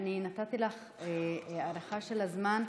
שנתתי לך הארכה של הזמן,